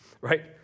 right